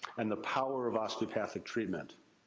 and the power of osteopathic treatment.